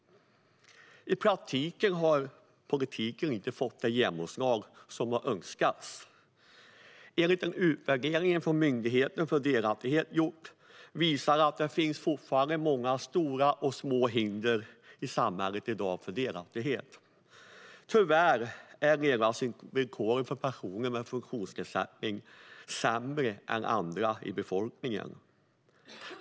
I praktiken har politiken inte fått det genomslag som önskades. En utvärdering som Myndigheten för delaktighet gjort visar att det fortfarande finns många stora och små hinder för delaktighet i samhället i dag. Tyvärr är levnadsvillkoren för personer med funktionsnedsättning sämre än för andra i befolkningen.